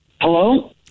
Hello